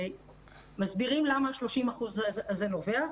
מסבירים ממה 30% האלה נובעים,